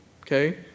okay